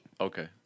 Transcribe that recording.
Okay